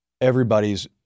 everybody's